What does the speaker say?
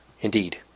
indeed